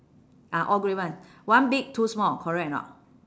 ah all grey one one big two small correct or not